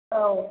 औ